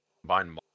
combine